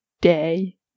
day